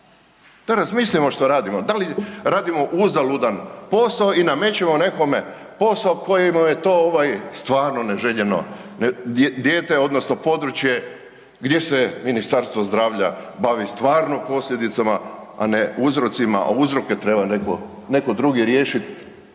da razmislimo što radimo, da li radimo uzaludan posao i namećemo nekome posao kojemu je to ovaj stvarno neželjeno dijete odnosno područje gdje se Ministarstvo zdravlja bavi stvarno posljedicama, a ne uzrocima, a uzroke treba neko drugi riješit